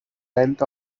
length